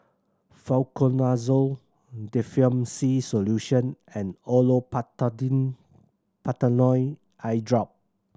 Fluconazole Difflam C Solution and Olopatadine Patanol Eyedrop